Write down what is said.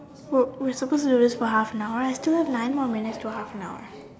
oh we're supposed to do this for half an hour we still have nine more minutes to half an hour